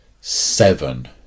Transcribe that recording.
seven